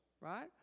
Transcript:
right